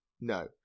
No